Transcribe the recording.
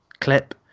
clip